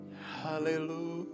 hallelujah